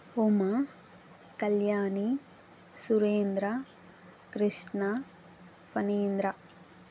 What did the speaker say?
Uma Kalyani Surendra Krishna Phanindra